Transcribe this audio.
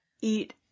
eat